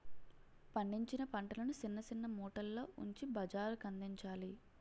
పండించిన పంటలను సిన్న సిన్న మూటల్లో ఉంచి బజారుకందించాలి